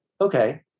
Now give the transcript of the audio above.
okay